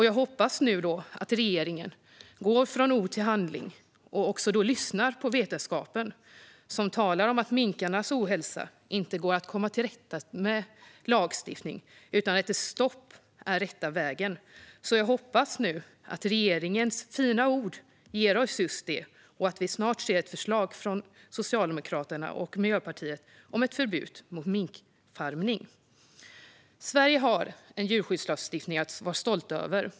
Jag hoppas att regeringen går från ord till handling och också lyssnar på vetenskapen, som talar om att minkarnas ohälsa inte går att komma till rätta med genom lagstiftning utan att ett stopp är rätta vägen. Jag hoppas nu att regeringens fina ord ger oss just detta och att vi snart ser ett förslag från Socialdemokraterna och Miljöpartiet om ett förbud mot minkfarmning. Sverige har en djurskyddslagstiftning att vara stolt över.